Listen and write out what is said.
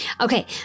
Okay